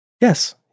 Yes